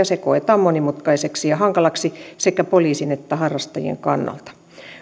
se koetaan monimutkaiseksi ja hankalaksi sekä poliisin että harrastajien kannalta